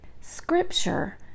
Scripture